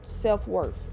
self-worth